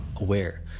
aware